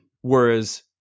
Whereas